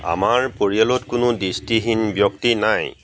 আমাৰ পৰিয়ালত কোনো দৃষ্টিহীন ব্যক্তি নাই